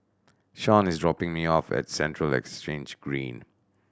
Shawn is dropping me off at Central Exchange Green